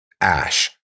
ash